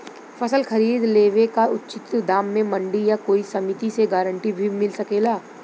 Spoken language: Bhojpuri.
फसल खरीद लेवे क उचित दाम में मंडी या कोई समिति से गारंटी भी मिल सकेला?